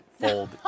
fold